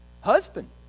husband